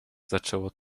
zaczęło